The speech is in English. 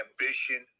ambition